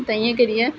ताहियें करियै